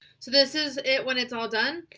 so this is it when it's all done.